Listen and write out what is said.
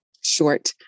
short